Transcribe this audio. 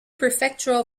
prefectural